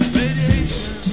radiation